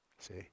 See